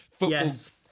yes